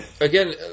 Again